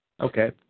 Okay